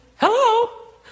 hello